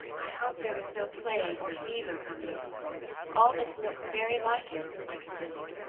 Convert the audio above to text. i hope there is no plague or fever coming all this looks very like it, i continued.